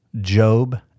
Job